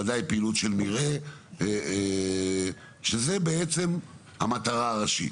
בוודאי פעילות של מרעה שזו בעצם המטרה הראשית.